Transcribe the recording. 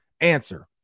answer